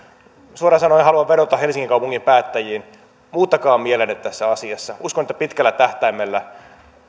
suoraan sanoen haluan vedota helsingin kaupungin päättäjiin muuttakaa mielenne tässä asiassa uskon että pitkällä tähtäimellä